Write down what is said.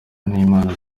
n’imana